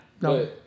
No